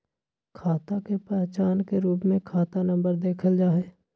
खाता के पहचान के रूप में खाता नम्बर के देखल जा हई